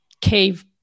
cave